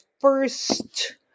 first